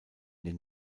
den